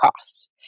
costs